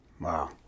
Wow